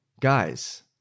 guys